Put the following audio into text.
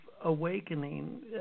awakening